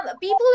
people